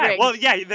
and well, yeah yeah,